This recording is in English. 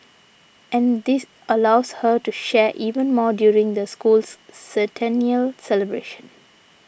and this allows her to share even more during the school's centennial celebrations